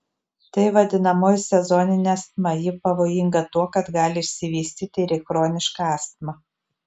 tai vadinamoji sezoninė astma ji pavojinga tuo kad gali išsivystyti ir į chronišką astmą